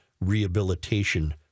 Rehabilitation